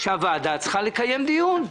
שהוועדה צריכה לקיים דיון.